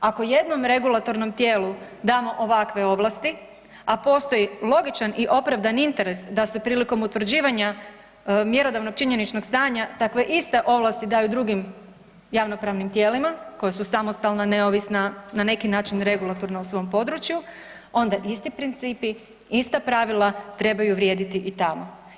Ako jednom regulatornom tijelu damo ovakve ovlasti, a postoji logičan i opravdan interes da se prilikom utvrđivanja mjerodavnog činjeničnog stanja takve iste ovlasti daju drugim javnopravnim tijelima koja su samostalna, neovisna, na neki način regulatorna u svom području onda isti principi, ista pravila trebaju vrijediti i tamo.